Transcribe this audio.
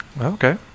Okay